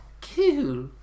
cool